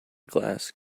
glass